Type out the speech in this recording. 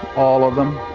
all of them.